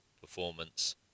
performance